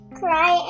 cry